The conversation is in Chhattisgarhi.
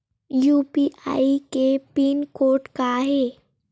यू.पी.आई के पिन कोड का हे?